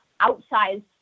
outsized